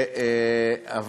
אבל,